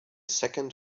second